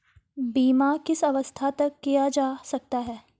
बीमा किस अवस्था तक किया जा सकता है?